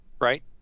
right